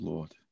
Lord